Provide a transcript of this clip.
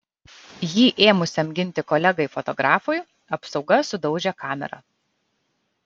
jį ėmusiam ginti kolegai fotografui apsauga sudaužė kamerą